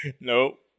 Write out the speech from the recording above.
Nope